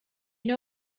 you